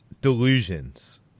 delusions